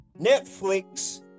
Netflix